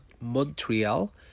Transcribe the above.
Montreal